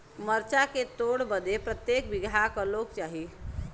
मरचा के तोड़ बदे प्रत्येक बिगहा क लोग चाहिए?